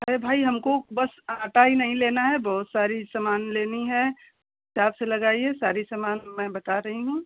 अरे भाई हमको बस आटा ही नहीं लेना है बहुत सारी सामान लेनी है साहब से लगाइए सारी सामान मैं बता रही हूँ